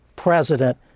President